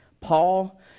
Paul